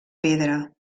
pedra